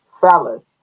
fellas